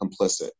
complicit